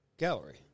Gallery